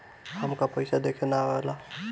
हमका पइसा देखे ना आवेला?